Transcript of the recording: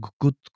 good